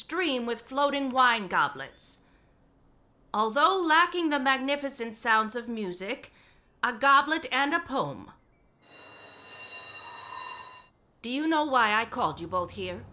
stream with floating wind goblets although lacking the magnificent sounds of music a goblet and a poem do you know why i called you both here